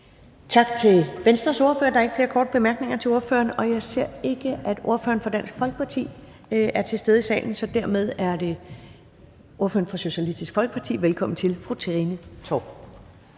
Tak til Venstres ordfører. Der er ikke flere korte bemærkninger til ordføreren. Jeg ser ikke, at ordføreren for Dansk Folkeparti er til stede i salen, så dermed er det ordføreren for Socialistisk Folkeparti. Velkommen til, fru Trine Torp.